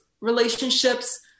relationships